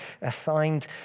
assigned